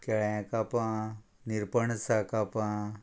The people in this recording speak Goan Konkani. केळ्यां कापां निरपणसा कापां